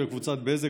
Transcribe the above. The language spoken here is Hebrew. ולקבוצת בזק,